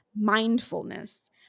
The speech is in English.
Mindfulness